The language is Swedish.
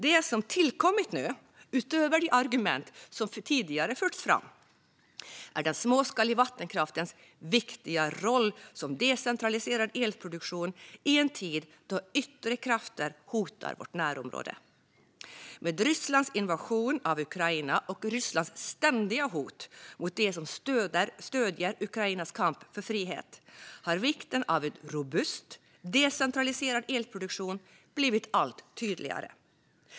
Det som tillkommit nu, utöver de argument som tidigare förts fram, är den småskaliga vattenkraftens viktiga roll som decentraliserad elproduktion i en tid då yttre krafter hotar vårt närområde. Med Rysslands invasion av Ukraina och Rysslands ständiga hot mot dem som stöder Ukrainas kamp för sin frihet har vikten av en robust, decentraliserad elproduktion blivit allt tydligare.